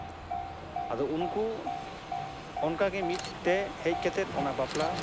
ᱟᱫᱚ ᱩᱱᱠᱩ ᱚᱱᱠᱟᱜᱮ ᱢᱤᱫᱛᱮ ᱦᱮᱡᱠᱟᱛᱮ ᱚᱱᱟ ᱵᱟᱯᱞᱟ